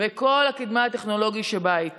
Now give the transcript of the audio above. וכל הקדמה הטכנולוגית שבאה איתם.